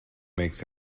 makes